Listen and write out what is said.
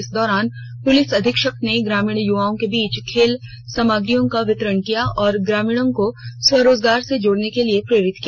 इस दौरान पुलिस अधीक्षक ने ग्रामीण युवाओं के बीच खेल सामग्रियों का वितरण किया और ग्रामीणों को स्वरोजगार से जोड़ने के लिए प्रेरित किया